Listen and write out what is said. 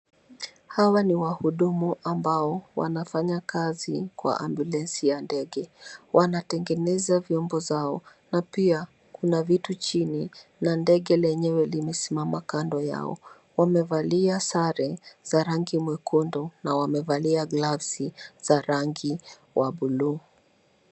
Hawa ni wahudumu ambao wanafanya kazi kwa ambulensi ya ndege. Wanatengeneza vyombo zao, na pia kuna vitu chini, na ndege lenyewe limesimama kando yao. Wamevalia sare za rangi mwekundu na wamevalia glavsi za rangi wa buluu.